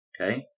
Okay